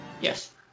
Yes